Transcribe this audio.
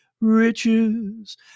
riches